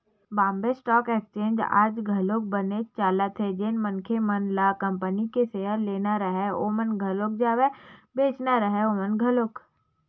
Bombay stock exchange आज घलोक बनेच चलत हे जेन मनखे मन ल कंपनी के सेयर लेना राहय ओमन घलोक जावय बेंचना राहय ओमन घलोक